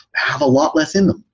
have a lot less in them.